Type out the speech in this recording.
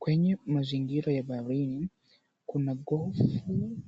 Kwenye mazingira ya baharini, kuna gofu